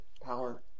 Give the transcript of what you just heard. power